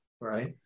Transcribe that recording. Right